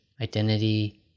identity